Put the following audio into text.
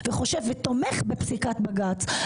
רוב הציבור תומך בפסיקת בג"צ.